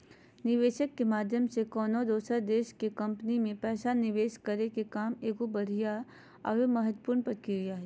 निवेशक के माध्यम से कउनो दोसर देश के कम्पनी मे पैसा निवेश करे के काम एगो बढ़िया आरो महत्वपूर्ण प्रक्रिया हय